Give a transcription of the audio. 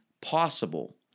possible